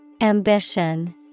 Ambition